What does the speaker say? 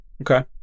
Okay